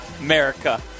America